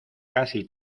casi